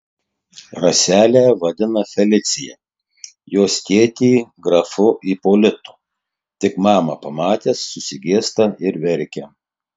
raselę vadina felicija jos tėtį grafu ipolitu tik mamą pamatęs susigėsta ir verkia